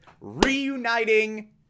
reuniting